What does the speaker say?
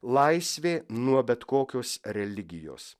laisvė nuo bet kokios religijos